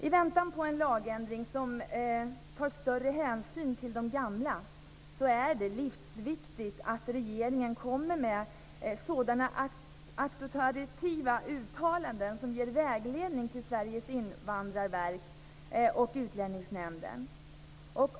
I väntan på en lagändring som tar större hänsyn till de gamla är det livsviktigt att regeringen kommer med sådana auktoritativa uttalanden som ger Sveriges invandrarverk och Utlänningsnämnden vägledning.